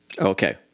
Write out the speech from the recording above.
Okay